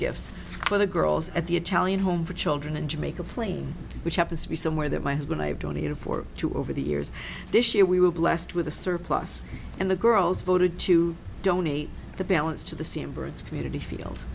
gifts for the girls at the italian home for child and in jamaica plain which happens to be somewhere that my has been i've donated for two over the years this year we were blessed with a surplus and the girls voted to donate the balance to the scene birds community field